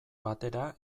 batera